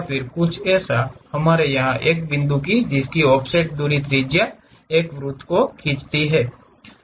कुछ ऐसा है हमारे यहां एक बिंदु है जिसकी ऑफसेट दूरी त्रिज्या एक वृत्त को खींचती है